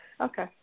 Okay